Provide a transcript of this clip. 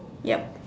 yup